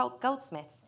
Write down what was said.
Goldsmiths